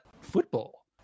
football